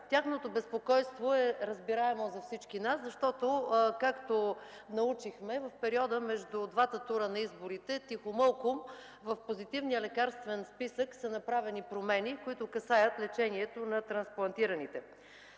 Тяхното безпокойство е разбираемо за всички нас, защото, както научихме – в периода между двата тура на изборите, тихомълком в Позитивния лекарствен списък са направени промени, които касаят лечението на трансплантираните.